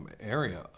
area